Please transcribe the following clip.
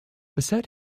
bassett